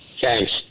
Thanks